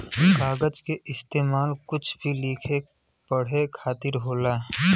कागज के इस्तेमाल कुछ भी लिखे पढ़े खातिर होला